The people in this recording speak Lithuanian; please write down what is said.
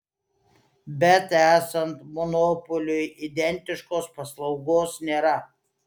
bet esant monopoliui identiškos paslaugos nėra